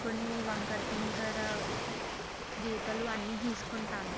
కొన్ని వంకరటింకర గీతలు అన్నీ గీసుకుంటాను